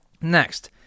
Next